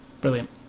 Brilliant